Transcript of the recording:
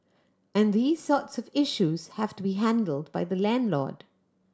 and these sorts of issues have to be handled by the landlord